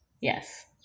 Yes